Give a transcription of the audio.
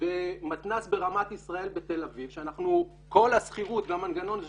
במתנ"ס ברמת ישראל בתל אביב שכל השכירות והמנגנון זה